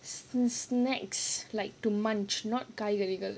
sn~ snacks like to munch not காய்கறி:kaikari